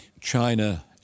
China